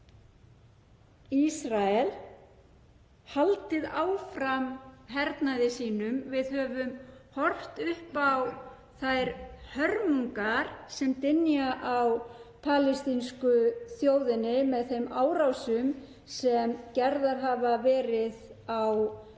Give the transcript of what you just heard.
Ísrael haldið áfram hernaði sínum. Við höfum horft upp á þær hörmungar sem dynja á palestínsku þjóðinni með þeim árásum sem gerðar hafa verið á Gaza.